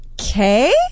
Okay